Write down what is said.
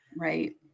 Right